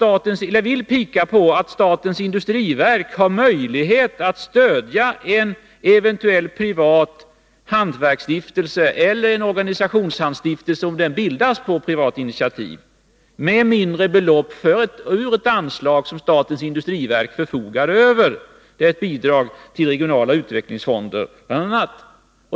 Jag vill vidare peka på att statens industriverk har möjlighet att stödja en eventuell privat hantverksstiftelse eller organisationshantverksstiftelse, om denna bildas på privat initiativ, med mindre belopp ur ett anslag som statens industriverk förfogar över. Det gäller ett bidrag till bl.a. regionala utvecklingsfonder.